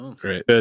great